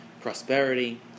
prosperity